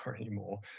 anymore